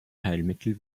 heilmittel